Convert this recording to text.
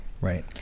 Right